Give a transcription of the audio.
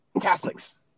Catholics